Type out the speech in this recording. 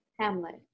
Hamlet